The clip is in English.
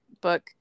book